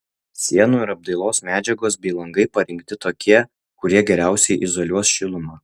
sienų ir apdailos medžiagos bei langai parinkti tokie kurie geriausiai izoliuos šilumą